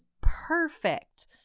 perfect